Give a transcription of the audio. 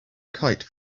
kite